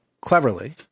cleverly—